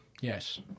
Yes